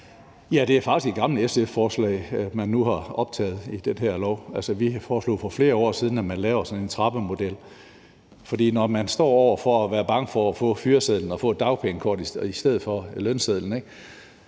Ja, og det er faktisk et gammelt SF-forslag, man nu har optaget i dag. Altså, vi foreslog for flere år siden, at man laver sådan en trappemodel, for når man står over for at være bange for at få fyresedlen og få et dagpengekort i stedet for lønsedlen,